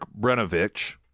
Brenovich